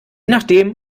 nachdem